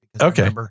Okay